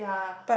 but